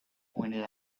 pointed